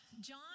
John